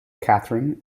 katherine